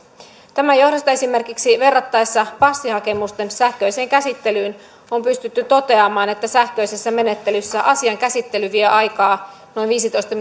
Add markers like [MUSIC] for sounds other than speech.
tämän johdosta esimerkiksi verrattaessa passihakemusten sähköiseen käsittelyyn on pystytty toteamaan että sähköisessä menettelyssä asian käsittely vie aikaa noin viisitoista [UNINTELLIGIBLE]